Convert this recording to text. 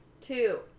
Two